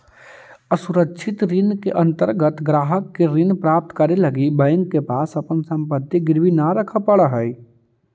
असुरक्षित ऋण के अंतर्गत ग्राहक के ऋण प्राप्त करे लगी बैंक के पास अपन संपत्ति गिरवी न रखे पड़ऽ हइ